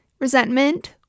resentment